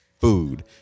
food